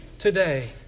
Today